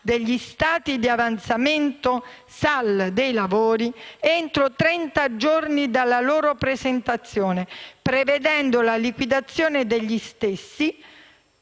degli stati di avanzamento dei lavori (SAL) entro trenta giorni dalla loro presentazione, prevedendo la liquidazione degli stessi